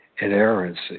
inerrancy